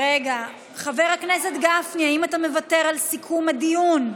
חבר הכנסת גפני, האם אתה מוותר על סיכום הדיון?